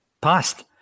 past